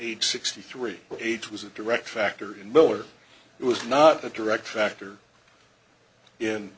age sixty three but age was a direct factor in miller it was not a direct factor in